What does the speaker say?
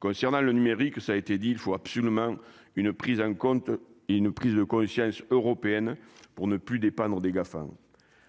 concernant le numérique, ça a été dit, il faut absolument une prise en compte et une prise de conscience européenne pour ne plus dépendre des gaffes, hein,